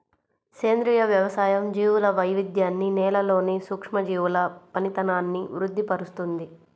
సేంద్రియ వ్యవసాయం జీవుల వైవిధ్యాన్ని, నేలలోని సూక్ష్మజీవుల పనితనాన్ని వృద్ది పరుస్తుంది